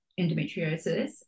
endometriosis